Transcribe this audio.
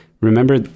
remember